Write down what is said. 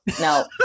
no